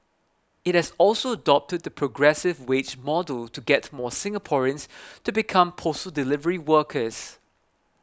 it has also adopted the progressive wage model to get more Singaporeans to become postal delivery workers